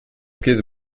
käse